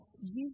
Jesus